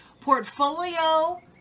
portfolio